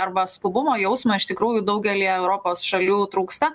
arba skubumo jausmo iš tikrųjų daugelyje europos šalių trūksta